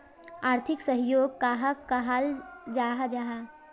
आर्थिक सहयोग कहाक कहाल जाहा जाहा?